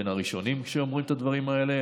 בין הראשונים שאומרים את הדברים האלה,